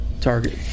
target